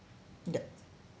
the